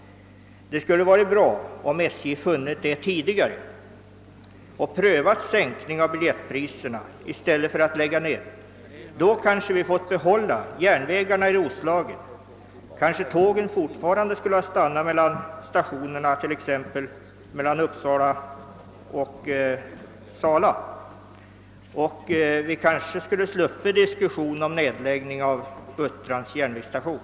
Det hade varit bra om SJ tidigare kommit underfund härmed och prövat en sänkning av biljettpriserna i stället för nedläggningar. Då hade vi kanske fått behålla järnvägarna i Roslagen, och tågen hade måhända alltjämt stannat vid järnvägsstationerna mellan exempelvis Uppsala och Sala. Kanske hade vi då också sluppit diskussionen om nedläggning av Uttrans järnvägsstation.